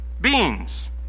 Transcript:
Beans